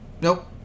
nope